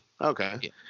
Okay